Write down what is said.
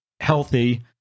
healthy